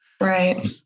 right